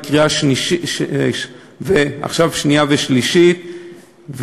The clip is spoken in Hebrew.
ועכשיו שנייה ושלישית,